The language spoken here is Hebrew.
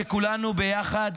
-- וכדאי שכולנו ביחד